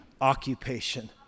occupation